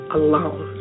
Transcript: alone